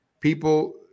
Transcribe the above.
People